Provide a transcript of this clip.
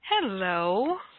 Hello